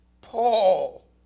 Paul